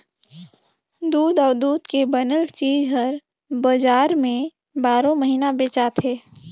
दूद अउ दूद के बनल चीज हर बजार में बारो महिना बेचाथे